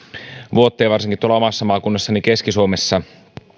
vuotta ja varsinkin tuolla omassa maakunnassani keski suomessa